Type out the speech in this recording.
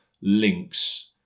links